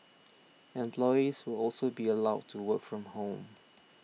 employees will also be allowed to work from home